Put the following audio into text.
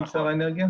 לא, גם על הקטנות.